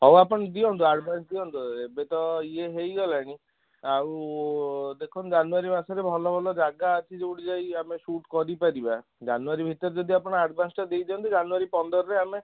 ହଉ ଆପଣ ଦିଅନ୍ତୁ ଆଡ଼ଭାନ୍ସ ଦିଅନ୍ତୁ ଏବେ ତ ଇଏ ହେଇଗଲାଣି ଆଉ ଦେଖନ୍ତୁ ଜାନୁଆରୀ ମାସରେ ଭଲ ଭଲ ଜାଗା ଅଛି ଯେଉଁଠି ଯାଇକି ଆମେ ସୁଟ୍ କରିପାରିବା ଜାନୁଆରୀ ଭିତରେ ଯଦି ଆପଣ ଆଡ଼ଭାନ୍ସଟା ଦେଇଦିଅନ୍ତେ ଜାନୁଆରୀ ପନ୍ଦରରେ ଆମେ